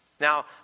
Now